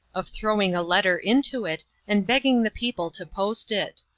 of throwing a letter into it and begging the people to post it.